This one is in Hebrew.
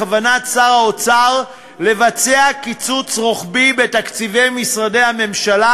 בכוונת שר האוצר לבצע קיצוץ רוחבי בתקציבי משרדי הממשלה,